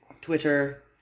twitter